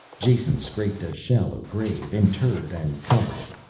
jason scraped a shallow grave, interred and covered it.